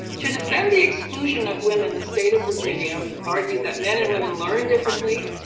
to defend the exclusion of women, the state of virginia argued that men and women learn differently,